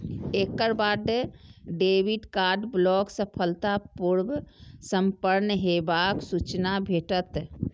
एकर बाद debit card block सफलतापूर्व संपन्न हेबाक सूचना भेटत